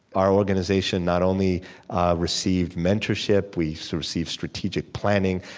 our organization not only received mentorship, we so received strategic planning.